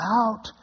out